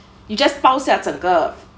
you just 包下整个